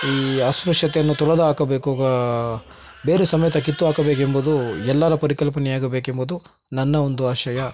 ಈ ಅಸ್ಪೃಶ್ಯತೆಯನ್ನು ತೊಡೆದು ಹಾಕಬೇಕು ಬೇರು ಸಮೇತ ಕಿತ್ತು ಹಾಕಬೇಕೆಂಬುದು ಎಲ್ಲರ ಪರಿಕಲ್ಪನೆಯಾಗಬೇಕೆಂಬುದು ನನ್ನ ಒಂದು ಆಶಯ